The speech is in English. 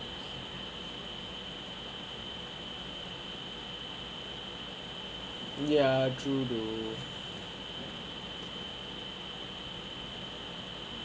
ya true though